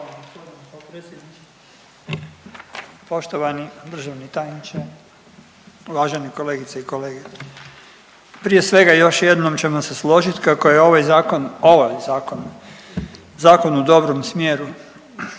naknadno uključen./… poštovani državni tajniče, uvažene kolegice i kolege. Prije svega još jednom ćemo se složiti kako je ovaj zakon, zakon u dobrom smjeru.